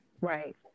right